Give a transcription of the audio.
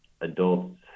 adults